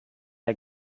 der